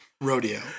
Rodeo